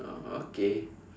oh okay